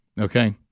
okay